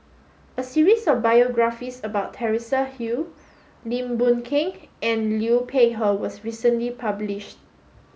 a series of biographies about Teresa Hsu Lim Boon Keng and Liu Peihe was recently published